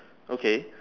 okay